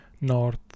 North